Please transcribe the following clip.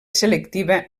selectiva